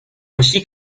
ainsi